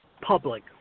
public